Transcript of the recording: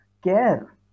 Care